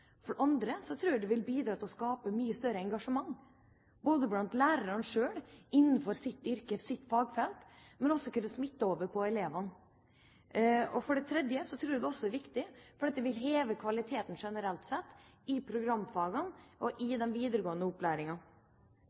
For det andre tror jeg det vil bidra til å skape mye større engasjement blant lærerne selv innenfor deres yrke og fagfelt, som også vil kunne smitte over på elevene. For det tredje tror jeg det er viktig fordi dette vil heve kvaliteten generelt sett i programfagene og i den videregående